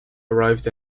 arrived